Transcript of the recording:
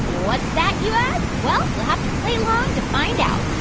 what's that, you ask? well, you'll have to play along to find out.